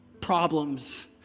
problems